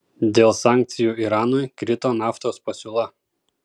dėl sankcijų iranui krito naftos pasiūla